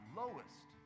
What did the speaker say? lowest